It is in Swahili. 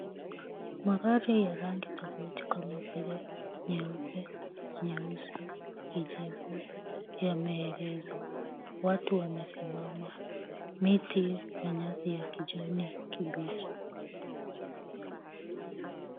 Magari ya rangi tofauti kama vile nyeupe , nyeusi, kijivu, yameegeshwa. Watu wamesimama . Miti na nyasi ya kijani kibichi.